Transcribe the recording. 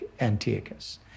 Antiochus